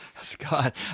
Scott